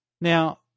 Now